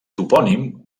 topònim